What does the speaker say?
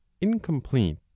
incomplete